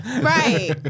Right